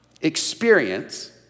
Experience